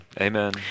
Amen